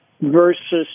versus